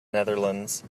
netherlands